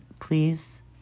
please